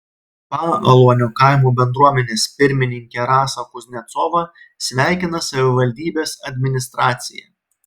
paaluonio kaimo bendruomenės pirmininkę rasą kuznecovą sveikina savivaldybės administracija